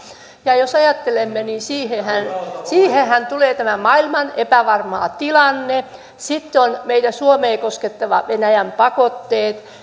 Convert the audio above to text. ja ja jos ajattelemme niin siihenhän siihenhän tulee tämä maailman epävarma tilanne sitten on suomea koskettavat venäjän pakotteet